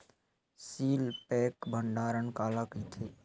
Seal pack भंडारण काला कइथे?